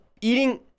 eating